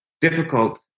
difficult